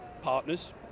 partners